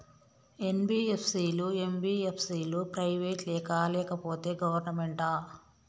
NBFC లు, MBFC లు private ఆ లేకపోతే గవర్నమెంటా?